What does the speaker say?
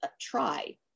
try